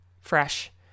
fresh